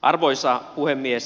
arvoisa puhemies